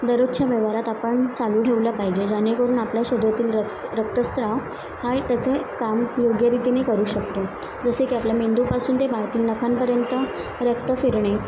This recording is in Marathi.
दरोजच्या व्यवहारात आपण चालू ठेवलं पाहिजे जेणेकरून आपल्या शरीरातील रक्स रक्तस्त्राव हाय टचे काम योग्यरितीने करू शकतो जसे की आपल्या मेंदूपासून ते पायातील नखांपर्यंत रक्त फिरणे